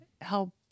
help